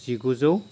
जिगुजौ